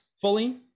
fully